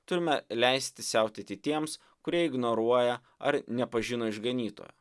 turime leisti siautėti tiems kurie ignoruoja ar nepažino išganytojo